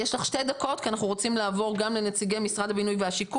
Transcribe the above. יש לך 2 דקות כי אנחנו רוצים לעבור גם לנציגי משרד השיכון,